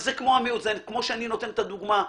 זה כמו שאני נותן דוגמה.